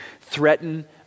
threaten